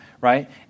right